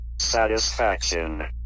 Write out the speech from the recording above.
satisfaction